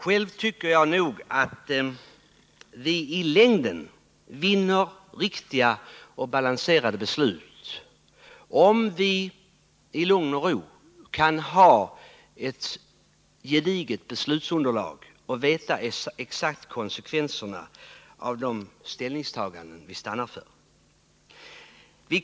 Själv tycker jag nog att vi i längden vinner riktiga och balanserade beslut, om vi i lugn och ro kan skaffa oss ett gediget beslutsunderlag och exakt veta kemiska medel i konsekvenserna av de ställningstaganden vi stannar för.